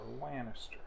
Lannister